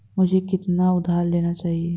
मुझे कितना उधार लेना चाहिए?